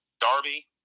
Darby